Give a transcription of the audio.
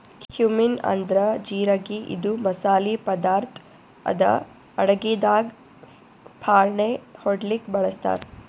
cumin ಅಂದ್ರ ಜಿರಗಿ ಇದು ಮಸಾಲಿ ಪದಾರ್ಥ್ ಅದಾ ಅಡಗಿದಾಗ್ ಫಾಣೆ ಹೊಡ್ಲಿಕ್ ಬಳಸ್ತಾರ್